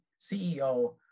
CEO